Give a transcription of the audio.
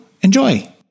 enjoy